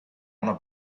una